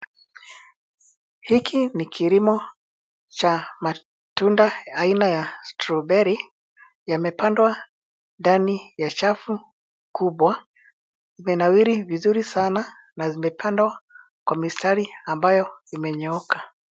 Hiki ni kilimo cha matunda aina ya stroberi yamepandwa ndani ya chafu kubwa, imenawiri vizuri sana na zimepandwa kwa mistari ambayo imenyooka.